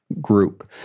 group